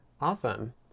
Awesome